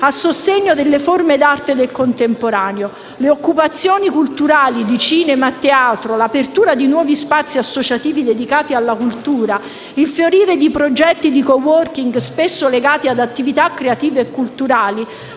a sostegno delle forme d'arte del contemporaneo. Le occupazioni culturali di cinema e teatri, l'apertura di nuovi spazi associativi dedicati alla cultura, il fiorire di progetti di *coworking* spesso legati ad attività creative e culturali